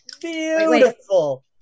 Beautiful